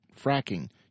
fracking